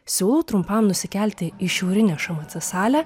siūlau trumpam nusikelti į šiaurinę šmc salę